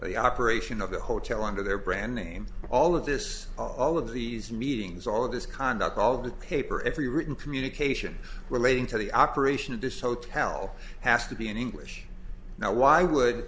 the operation of the hotel under their brand name all of this all of these meetings all of this conduct all of the paper every written communication relating to the operation of this hotel has to be in english now why would